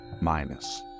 minus